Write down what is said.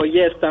Yes